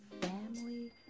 Family